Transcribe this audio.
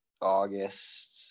August